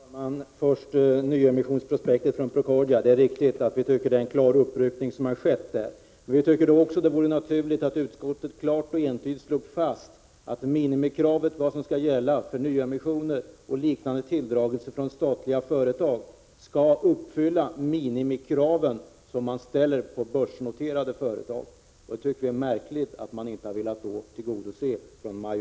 Fru talman! Först vill jag beröra nyemissionsprospektet för Procordia. Vi tycker att det är en klar uppryckning som har skett där. Vi tycker då också att det vore naturligt om utskottet klart och entydigt slog fast att minimikraven när det gäller bestämmelser för nyemissioner och liknande tilldragelser i statliga företag skall uppfylla de minimikrav man ställer på börsnoterade företag. Det är märkligt att man från majoritetens sida inte har velat tillgodose det.